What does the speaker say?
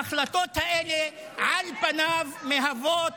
ההחלטות האלה על פניו מהוות